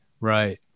Right